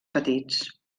petits